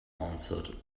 answered